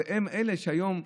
והם אלה שהיום,